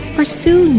Pursue